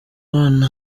one